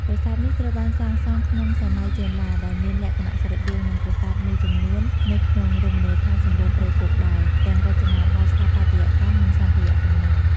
ប្រាសាទនេះត្រូវបានសាងសង់ក្នុងសម័យចេនឡា ដែលមានលក្ខណៈស្រដៀងនឹងប្រាសាទមួយចំនួននៅក្នុងរមណីយដ្ឋានសំបូរព្រៃគុកដែរ ទាំងរចនាបថស្ថាបត្យកម្មនិងសម្ភារៈសំណង់។